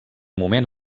moment